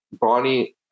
Bonnie